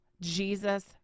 Jesus